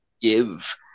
give